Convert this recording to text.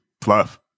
fluff